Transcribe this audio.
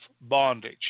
bondage